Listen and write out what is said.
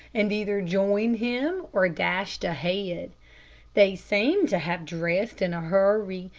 and either joined him, or dashed ahead. they seemed to have dressed in a hurry,